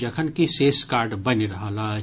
जखनकि शेष कार्ड बनि रहल अछि